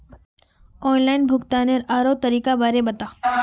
online भुग्तानेर आरोह तरीकार बारे बता